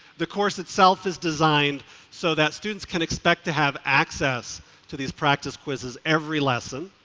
the course itself is designed so that students can expect to have access to these practice quizzes every lesson,